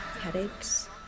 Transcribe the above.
Headaches